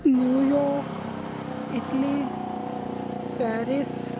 New York Italy Paris